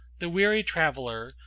the weary traveler,